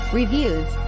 reviews